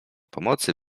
pomocy